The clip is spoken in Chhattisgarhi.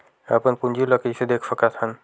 अपन पूंजी ला कइसे देख सकत हन?